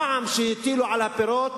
המע"מ שהטילו על הפירות,